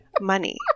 money